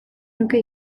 nuke